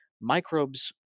microbes